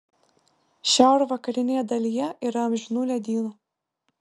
šiaurvakarinėje dalyje yra amžinų ledynų